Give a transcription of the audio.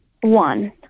One